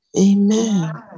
Amen